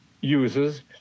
uses